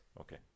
Okay